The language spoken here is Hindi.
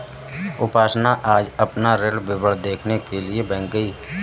उपासना आज अपना ऋण विवरण देखने के लिए बैंक गई